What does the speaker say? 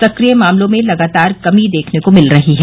सक्रिय मामलों में लगातार कमी देखने को मिल रही है